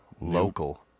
local